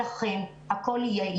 אחרי שתוגש לנו תוכנית,